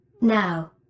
Now